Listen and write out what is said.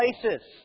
places